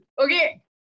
Okay